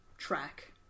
track